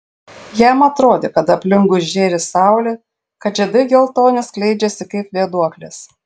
jam atrodė kad aplinkui žėri saulė kad žiedai geltoni skleidžiasi kaip vėduoklės